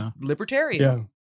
libertarian